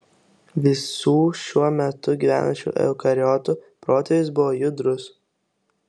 visų šiuo metu gyvenančių eukariotų protėvis buvo judrus